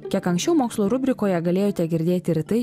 kiek anksčiau mokslo rubrikoje galėjote girdėti ir tai